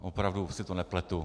Opravdu, už si to nepletu.